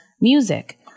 music